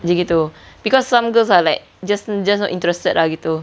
macam itu because some girls are like just just not interested lah gitu